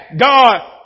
God